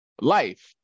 life